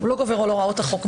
הוא לא גובר על הוראות החוק.